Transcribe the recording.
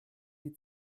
die